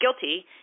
guilty